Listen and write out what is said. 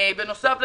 בנוסף,